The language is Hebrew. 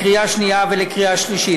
לקריאה שנייה ולקריאה שלישית.